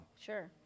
Sure